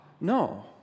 No